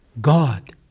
God